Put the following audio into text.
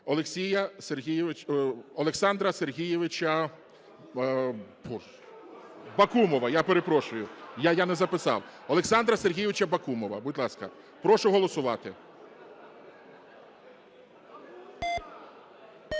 Олександра Сергійовича Бакумова. Я перепрошую, я не записав. Олександра Сергійовича Бакумова. Будь ласка, прошу голосувати.